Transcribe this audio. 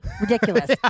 ridiculous